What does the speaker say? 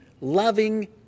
loving